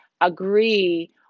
agree